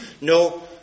No